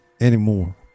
anymore